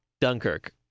Dunkirk